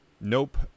nope